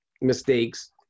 mistakes